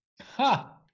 Ha